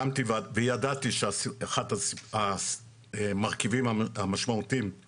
וידעתי שאחד המרכיבים המשמעותיים הוא